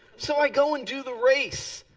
so i go and do the race.